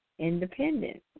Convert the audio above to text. independent